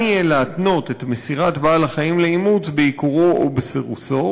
יהיה להתנות את מסירת בעל החיים לאימוץ בעיקורו או בסירוסו,